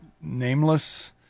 nameless